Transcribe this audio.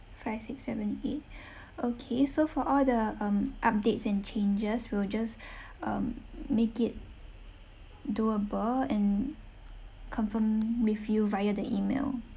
five six seven eight okay so for all the um updates and changes we will just um make it doable and confirm with you via the email